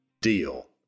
deal